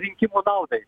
rinkimų naudai